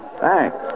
Thanks